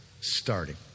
starting